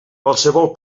qualsevol